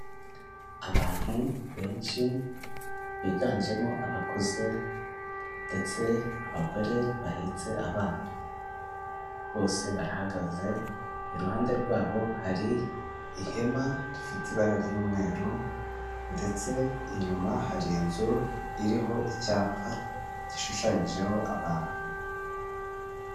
Abantu benshi biganjemo abakuze ndetse abagore bahetse abana, bose barahagaze iruhande rwabo hari ihema rifite ibara ry'umweru ndetse inyuma hari inzu iriho icyapa gishushanyijeho abantu.